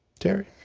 terry?